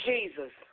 Jesus